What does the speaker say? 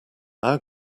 our